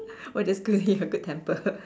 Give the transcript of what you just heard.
what does clearly a good temper